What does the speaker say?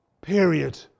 period